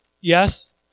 Yes